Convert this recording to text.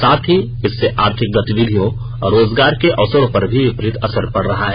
साथ ही इससे आर्थिक गतिविधियों और रोजगार के अवसरों पर भी विपरीत असर पड रहा है